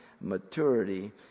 maturity